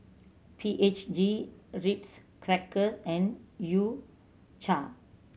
P H G Ritz Crackers and U Cha